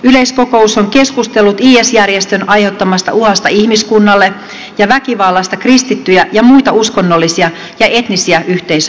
yleiskokous on keskustellut is järjestön aiheuttamasta uhasta ihmiskunnalle ja väkivallasta kristittyjä ja muita uskonnollisia ja etnisiä yhteisöjä vastaan